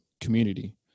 community